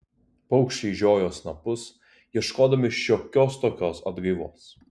paukščiai žiojo snapus ieškodami šiokios tokios atgaivos